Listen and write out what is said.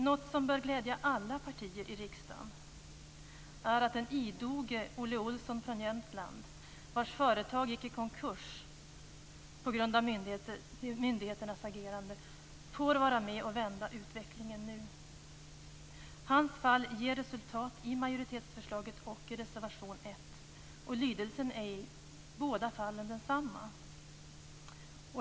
Något som bör glädja alla partier i riksdagen är att den idoge Olle Olsson från Jämtland, vars företag gick i konkurs på grund av myndigheternas agerande, får vara med och vända utvecklingen nu. Hans fall ger resultat i majoritetsförslaget och i reservation 1. Lydelsen är i båda fallen densamma.